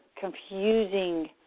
confusing